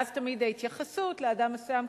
ואז תמיד ההתייחסות לאדם מסוים,